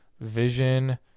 Vision